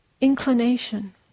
inclination